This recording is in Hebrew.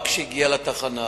אלא כשהגיע לתחנה.